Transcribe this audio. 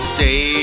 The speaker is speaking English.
Stay